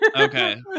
Okay